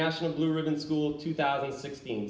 national blue ribbon school two thousand and sixteen